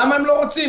למה הם לא רוצים?